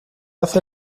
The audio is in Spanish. hace